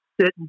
sit